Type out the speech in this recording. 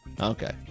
okay